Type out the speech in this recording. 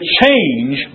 change